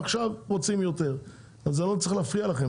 עכשיו רוצים יותר וזה לא צריך להפריע לכם,